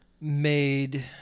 made